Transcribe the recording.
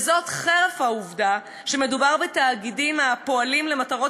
וזאת חרף העובדה שמדובר בתאגידים הפועלים למטרות